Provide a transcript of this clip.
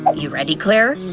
but you ready, claire?